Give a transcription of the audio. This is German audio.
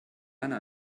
eine